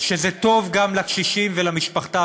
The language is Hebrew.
שזה טוב גם לקשישים ולמשפחתם,